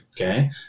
okay